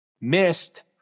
missed